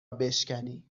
بشکنی